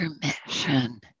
permission